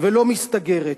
לא מסתגרת.